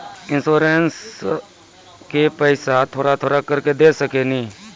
इंश्योरेंसबा के पैसा थोड़ा थोड़ा करके दे सकेनी?